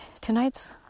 tonight's